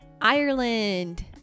ireland